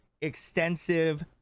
extensive